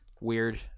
weird